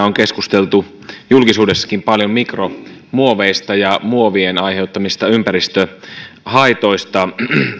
on keskusteltu julkisuudessakin paljon mikromuoveista ja muovien aiheuttamista ympäristöhaitoista